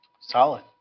Solid